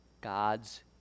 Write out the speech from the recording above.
God's